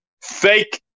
fake